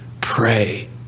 pray